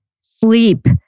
sleep